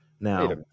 Now